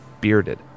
bearded